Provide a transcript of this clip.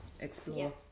explore